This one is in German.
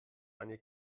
eine